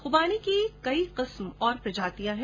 खुबानी की कई किस्म और प्रजातियां हैं